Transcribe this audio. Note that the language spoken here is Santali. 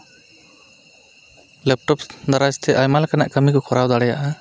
ᱞᱮᱯᱴᱚᱯ ᱫᱟᱨᱟᱡ ᱛᱮ ᱟᱭᱢᱟ ᱞᱮᱠᱟᱱᱟᱜ ᱠᱟᱹᱢᱤ ᱞᱮᱠᱟᱱᱟᱜ ᱠᱟᱹᱢᱤ ᱠᱚ ᱛᱚᱨᱟᱣ ᱫᱟᱲᱮᱭᱟᱜᱼᱟ